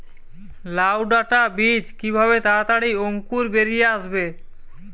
লাউ ডাটা বীজ কিভাবে তাড়াতাড়ি অঙ্কুর বেরিয়ে আসবে?